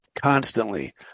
constantly